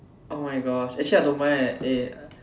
oh my gosh actually I don't mind leh eh